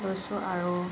লৈছোঁ আৰু